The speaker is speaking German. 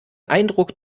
eindruck